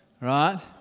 right